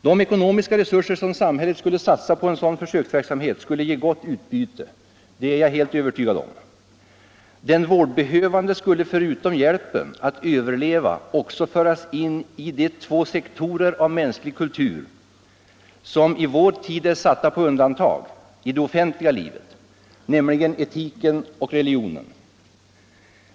De ekonomiska resurser som samhället satsade på en sådan försöksverksamhet skulle ge gott utbyte, det är jag övertygad om. Den vårdbehövande skulle förutom hjälpen att överleva också föras in i de två sektorer av mänsklig kultur som i vår tid är satta på undantag i det offentliga livet, nämligen etiken och religionen.